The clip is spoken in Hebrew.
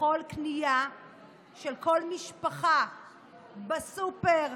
בכל קנייה של כל משפחה בסופר,